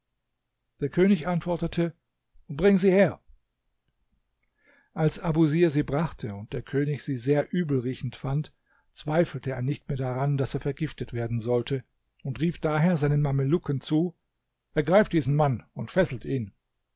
der könig antwortete bring sie her als abusir sie brachte und der könig sie sehr übelriechend fand zweifelte er nicht mehr daran daß er vergiftet werden sollte er rief daher seinen mamelucken zu ergreift diesen mann und fesselt ihn